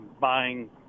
buying